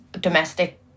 domestic